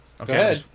Okay